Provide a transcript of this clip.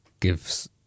gives